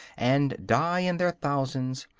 and die in their thousands,